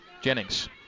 Jennings